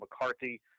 McCarthy